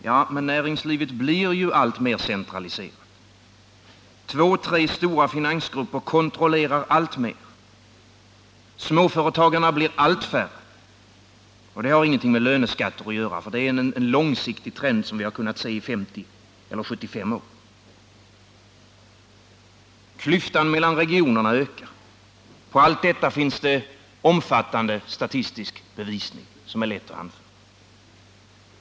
Ja, men näringslivet blir ju alltmer centraliserat. Två tre stora finansgrupper kontrollerar alltmer. Småföretagarna blir allt färre. Det har ingenting med löneskatter att göra, för det är en långsiktig trend som vi har kunnat se i 50-75 år. Klyftan mellan regionerna ökar. På allt detta finns det omfattande statistisk bevisning som är lätt att ta fram.